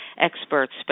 experts